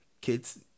kids